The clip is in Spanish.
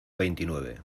veintinueve